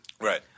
Right